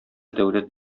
дәүләт